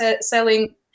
selling